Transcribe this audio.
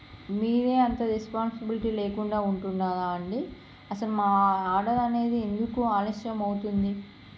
మీరే అంత రెస్పాన్సీబులిటీ లేకుండా ఉంటున్నారా అండి అసలు మా ఆర్డర్ అనేది ఎందుకు ఆలస్యం అవుతుంది